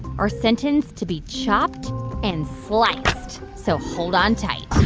are sentenced to be chopped and sliced. so hold on tight